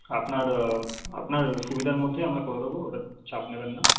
আপনার আপনার সুবিধার মধ্যেই আমরা করে দেব ওটা চাপ নেবেন না